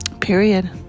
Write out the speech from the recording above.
period